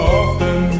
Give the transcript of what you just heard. often